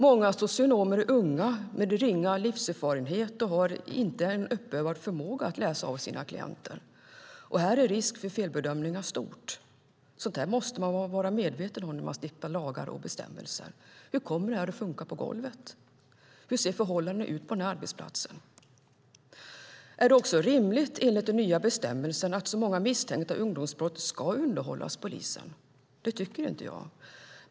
Många socionomer är unga med ringa livserfarenhet, och de har inte en uppövad förmåga att läsa av sina klienter. Här är risken för felbedömningar stor. Sådant här måste man vara medveten om när man stiftar lagar och bestämmelser. Hur kommer det här att funka på golvet? Hur ser förhållandena ut på den här arbetsplatsen? Är det rimligt att så många misstänkta ungdomsbrott, enligt den nya bestämmelsen, ska undanhållas polisen? Det tycker inte jag.